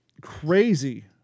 crazy